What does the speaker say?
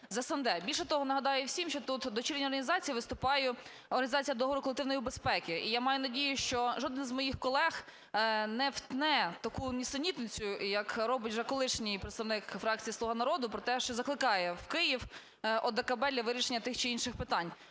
Більше того, нагадаю всім, що тут дочірня організація виступає – Організація договору колективної безпеки. І я маю надію, що жодний з моїх колег не втне таку нісенітницю, як робить вже колишній представник фракції "Слуга народу", про те, що закликає в Київ ОДКБ для вирішення тих чи інших питань.